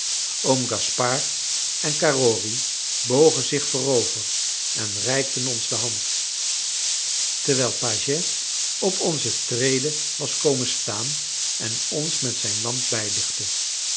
oom gaspard en carrory bogen zich voorover en reikten ons de hand terwijl pagès op onze trede was komen staan en ons met zijn lamp